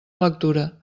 lectura